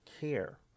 care